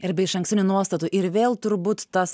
ir be išankstinių nuostatų ir vėl turbūt tas